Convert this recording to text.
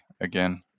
again